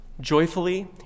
joyfully